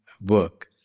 work